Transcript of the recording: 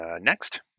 Next